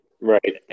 Right